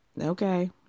Okay